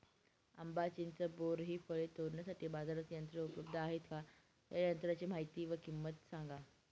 आंबा, चिंच, बोर हि फळे तोडण्यासाठी बाजारात यंत्र उपलब्ध आहेत का? या यंत्रांची माहिती व किंमत सांगा?